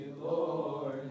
Lord